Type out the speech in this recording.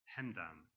Hemdan